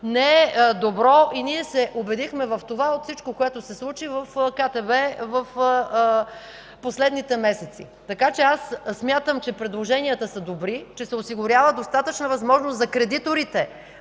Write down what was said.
не е добро и ние се убедихме в това от всичко, което се случи в КТБ в последните месеци. Смятам, че предложенията са добри, че се осигурява достатъчна възможност за кредиторите